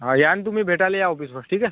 हा या नं तुम्ही भेटायला या ऑफिसवर ठीक आहे